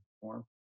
form